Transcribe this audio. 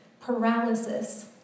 paralysis